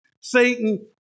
Satan